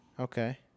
Okay